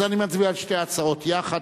אז אני מצביע על שתי ההצעות יחד,